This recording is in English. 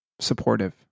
supportive